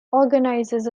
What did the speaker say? organises